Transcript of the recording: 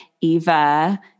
Eva